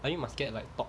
like you must get like top